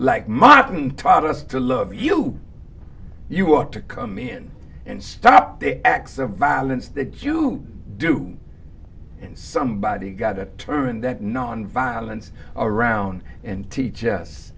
like martin taught us to love you you ought to come in and stop the acts of violence that you do somebody's gotta turn that nonviolence around and teach us